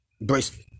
bracelet